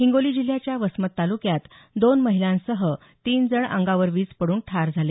हिंगोली जिल्ह्याच्या वसमत तालुक्यात दोन महिलांसह एकाचा अंगावर वीज पडून मृत्यू झाला